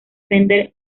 fender